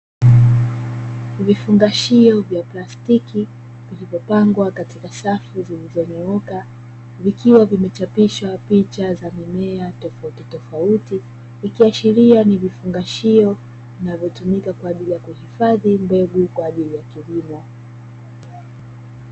Vifungashio vya plastiki vimepangwa katika safu zilizonyooka ikiwa ni vifungashio vinavyotumika kwaajili ya kilimo cha kibiashara